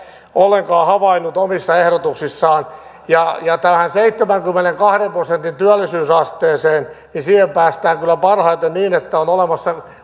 ollenkaan havainnut omissa ehdotuksissaan ja tähän seitsemänkymmenenkahden prosentin työllisyysasteeseen päästään kyllä parhaiten niin että on olemassa